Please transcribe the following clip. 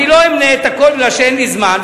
אני לא אמנה את הכול מפני שאין לי זמן,